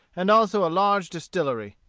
and also a large distillery.